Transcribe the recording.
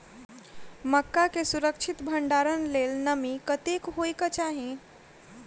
मक्का केँ सुरक्षित भण्डारण लेल नमी कतेक होइ कऽ चाहि?